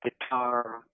guitar